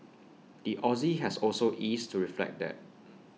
the Aussie has also eased to reflect that